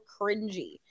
cringy